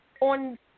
on